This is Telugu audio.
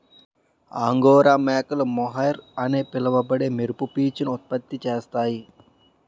అంగోరా మేకలు మోహైర్ అని పిలువబడే మెరుపు పీచును ఉత్పత్తి చేస్తాయి